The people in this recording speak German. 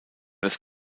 das